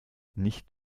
nicht